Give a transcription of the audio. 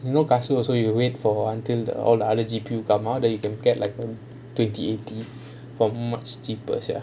you know katsu also you wait for awhile until the all other G_P_U come out then you can get like own twenty eighty for much cheaper sia